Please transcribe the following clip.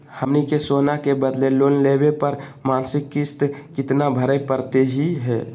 हमनी के सोना के बदले लोन लेवे पर मासिक किस्त केतना भरै परतही हे?